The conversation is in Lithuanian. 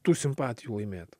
tų simpatijų laimėt